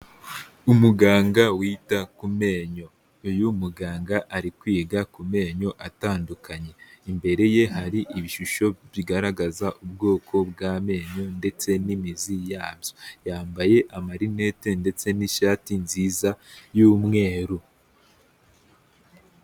Umuganga wita ku menyo, uyu muganga ari kwiga ku menyo atandukanye, imbere ye hari ibishusho bigaragaza ubwoko bw'amenyo ndetse n'imizi yabyo. Yambaye amarinete ndetse n'ishati nziza y'umweru.